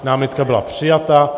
Námitka byla přijata.